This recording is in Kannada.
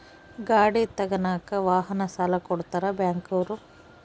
ಗಾಡಿ ತಗನಾಕ ವಾಹನ ಸಾಲ ಕೊಡ್ತಾರ ಬ್ಯಾಂಕ್ ಅವ್ರು